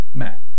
matt